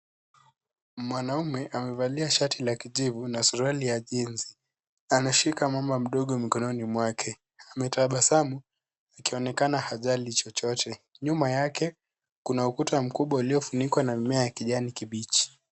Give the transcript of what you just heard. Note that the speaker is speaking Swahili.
Mwanaume amevalia shati la kijivu na suruali ya jeans . Anashika mamba mdogo mikononi mwake. Ametabasamu, ikionekana hajali chochote. Nyuma yake kuna ukuta mkubwa uliofunikwa na mimea ya kijani kibichi.